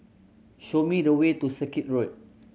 show me the way to Circuit Road